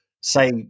say